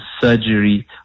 surgery